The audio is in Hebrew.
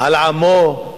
על עמו?